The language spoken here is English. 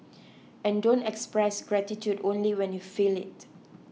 and don't express gratitude only when you feel it